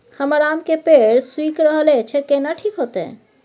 आम के पेड़ सुइख रहल एछ केना ठीक होतय?